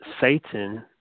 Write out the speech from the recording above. Satan